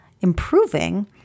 improving